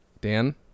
Dan